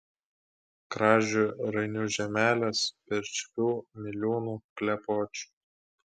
kražių rainių žemelės pirčiupių miliūnų klepočių